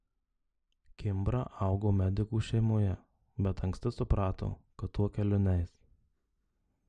kimbra augo medikų šeimoje bet anksti suprato kad tuo keliu neis